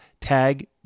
tag